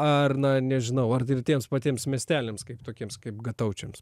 ar na nežinau ar ir tiems patiems miesteliams kaip tokiems kaip gataučiams